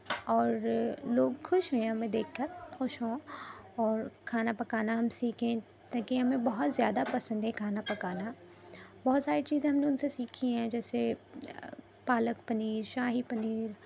اور لوگ خوش ہیں ہمیں دیکھ کر خوش ہوں اور کھانا پکانا ہم سیکھیں تاکہ ہمیں بہت زیادہ پسند ہے کھانا پکانا بہت ساری چیزیں ہم نے ان سے سیکھیں ہیں جیسے پالک پنیر شاہی پنیر